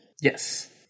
Yes